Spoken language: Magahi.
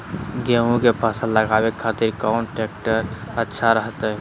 गेहूं के फसल लगावे खातिर कौन ट्रेक्टर अच्छा रहतय?